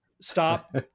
Stop